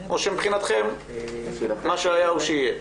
או שמבחינתכם מה שהיה הוא שיהיה?